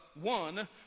one